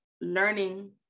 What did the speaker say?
learning